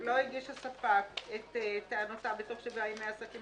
"לא הגיש הספק את טענותיו בתוך שבעה ימי עסקים